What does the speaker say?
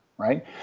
right